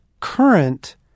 Current